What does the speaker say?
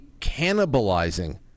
cannibalizing